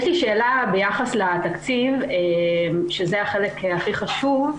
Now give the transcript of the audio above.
יש לי שאלה ביחס לתקציב, שזה החלק הכי חשוב.